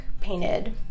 painted